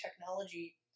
technology